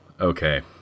Okay